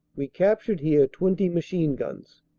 we captured here twenty machine guns.